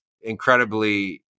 incredibly